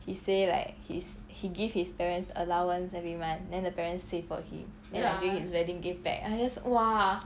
he say like he's he gave his parents allowance every month then the parents save for him then like during his wedding give back ah I just !wah!